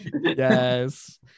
Yes